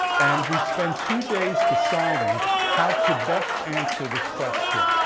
and we spent two days deciding how to best answer this question.